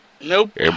Nope